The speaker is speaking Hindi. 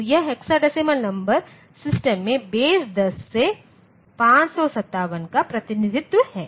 तो यह हेक्साडेसिमल नंबर सिस्टम के बेस 10 से 557 का प्रतिनिधित्व है